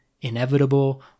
inevitable